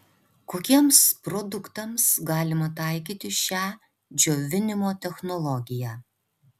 kokiems produktams galima taikyti šią džiovinimo technologiją